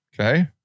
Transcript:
Okay